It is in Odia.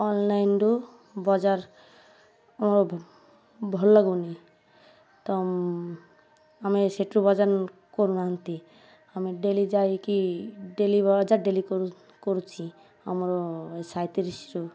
ଅନଲାଇନ୍ରୁ ବଜାର ଆମର ଭଲ ଲାଗୁନି ତ ଆମେ ସେଇଠୁ ବଜାର କରୁ ନାହାନ୍ତି ଆମେ ଡେଲି ଯାଇକି ଡେଲି ବଜାର ଡେଲି କରୁ କରୁଛି ଆମର ସାଇତିରିଶରୁ